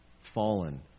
Fallen